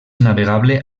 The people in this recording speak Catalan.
navegable